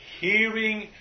hearing